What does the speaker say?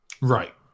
Right